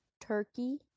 turkey